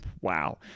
wow